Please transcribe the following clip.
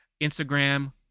instagram